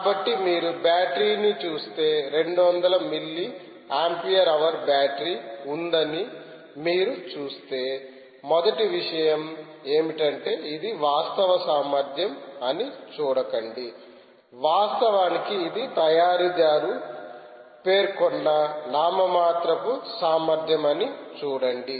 కాబట్టి మీరు బ్యాటరీ ని చూస్తే 200 మిల్లీ ఆంపియర్ హవర్ బ్యాటరీ ఉందని మీరు చూస్తే మొదటి విషయం ఏమిటంటే ఇది వాస్తవ సామర్థ్యం అని చూడకండి వాస్తవానికి ఇది తయారీదారు పేర్కొన్న నామమాత్రపు సామర్థ్యం అని చూడండి